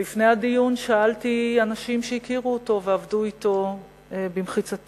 לפני הדיון שאלתי אנשים שהכירו אותו ועבדו אתו ובמחיצתו,